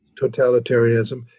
totalitarianism